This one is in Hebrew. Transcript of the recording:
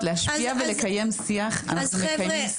להשפיע ולקיים שיח אנחנו מקיימים שיח --- חבר'ה,